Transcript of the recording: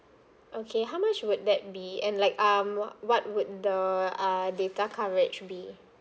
okay how much would that be and like um wha~ what would the uh data coverage be